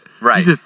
Right